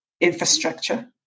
infrastructure